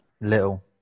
Little